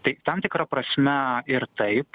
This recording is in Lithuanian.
tai tam tikra prasme ir taip